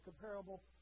comparable